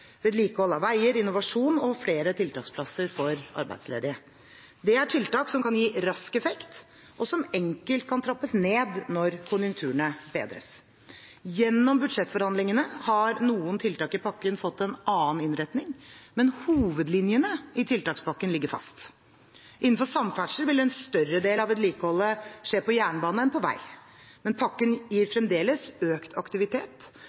vedlikehold av veier, innovasjon og flere tiltaksplasser for arbeidsledige. Det er tiltak som kan gi rask effekt, og som enkelt kan trappes ned når konjunkturene bedres. Gjennom budsjettforhandlingene har noen tiltak i pakken fått en annen innretning, men hovedlinjene i tiltakspakken ligger fast. Innenfor samferdsel vil en større del av vedlikeholdet skje på jernbane enn på vei. Men pakken gir fremdeles økt aktivitet,